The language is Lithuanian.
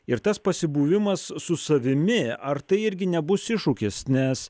ir tas pasibuvimas su savimi ar tai irgi nebus iššūkis nes